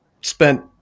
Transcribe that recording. spent –